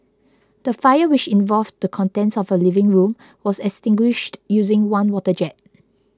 the fire which involved the contents of a living room was extinguished using one water jet